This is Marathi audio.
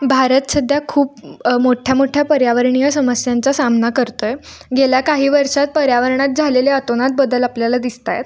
भारत सध्या खूप मोठ्यामोठ्या पर्यावरणीय समस्यांचा सामना करतो आहे गेल्या काही वर्षांत पर्यावरणात झालेले अतोनात बदल आपल्याला दिसत आहेत